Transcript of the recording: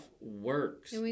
works